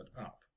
up